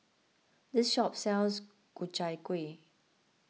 this shop sells Ku Chai Kueh